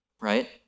right